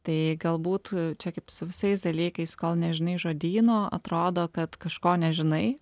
tai galbūt čia kaip su visais dalykais kol nežinai žodyno atrodo kad kažko nežinai